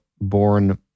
born